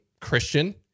Christian